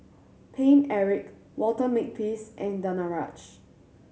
Paine Eric Walter Makepeace and Danaraj